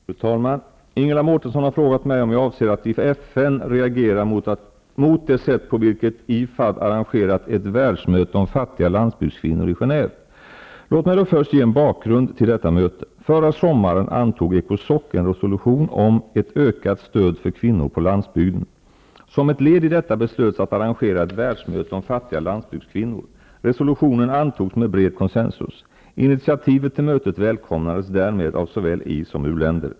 Fru talman! Ingela Mårtensson har frågat mig om jag avser att i FN reagera mot det sätt på vilket IFAD arrangerat ett världsmöte om fattiga landsbygds kvinnor i Genève. Låt mig då först ge en bakgrund till detta möte. Förra sommaren antog ECOSOC en resolution om ett ökat stöd för kvinnor på landsbygden. Som ett led i detta beslöts att arrangera ett världsmöte om fattiga landsbygdskvin nor. Resolutionen antogs med bred konsensus. Initiativet till mötet välkom nades därmed av såväl i som u-länder.